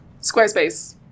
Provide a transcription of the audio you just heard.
Squarespace